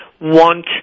want